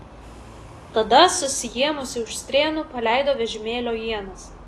tada susiėmusi už strėnų paleido vežimėlio ienas